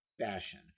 fashion